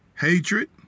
hatred